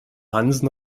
hansen